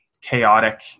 chaotic